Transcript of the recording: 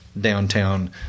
downtown